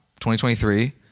2023